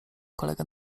kolegę